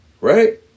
Right